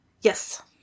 Yes